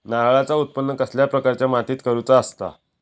नारळाचा उत्त्पन कसल्या प्रकारच्या मातीत करूचा असता?